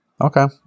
Okay